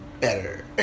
better